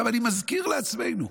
אני מזכיר לעצמנו: